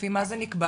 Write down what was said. לפי מה זה נקבע?